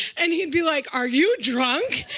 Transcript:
and he'd be like, are you drunk?